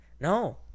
No